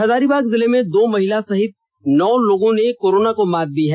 हजारीबाग जिले में दो महिला सहित नौ लोगों ने कोरोना को मात दी है